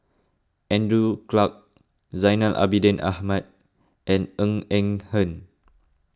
Andrew Clarke Zainal Abidin Ahmad and Ng Eng Hen